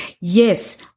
Yes